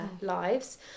lives